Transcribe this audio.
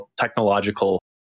technological